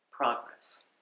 progress